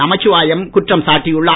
நமச்சிவாயம் குற்றம் சாட்டியுள்ளார்